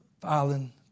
filing